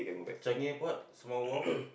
Changi Airport small wharf